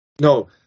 No